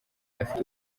afite